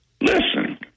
Listen